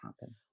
happen